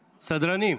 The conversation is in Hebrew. סדרנים,